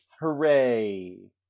Hooray